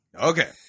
Okay